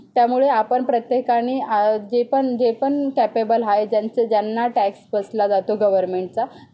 त्यामुळे आपण प्रत्येकानी जे पण जे पण कॅपेबल आहे ज्यांचे ज्यांना टॅक्स बसला जातो गवर्मेंटचा